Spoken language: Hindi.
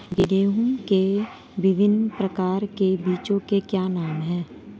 गेहूँ के विभिन्न प्रकार के बीजों के क्या नाम हैं?